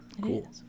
cool